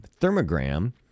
thermogram